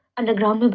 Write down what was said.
underground.